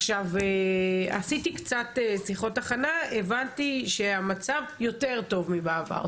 עשיתי קצת שיחות הכנה והבנתי שהמצב יותר טוב מבעבר,